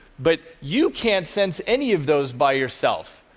but you can't sense any of those by yourself,